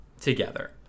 together